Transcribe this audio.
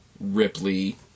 Ripley